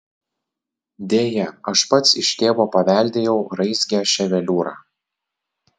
deja aš pats iš tėvo paveldėjau raizgią ševeliūrą